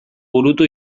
burutu